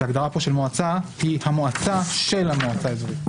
כי ההגדרה פה של מועצה היא המועצה של המועצה האזורית.